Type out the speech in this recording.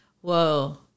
Whoa